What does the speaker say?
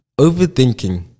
overthinking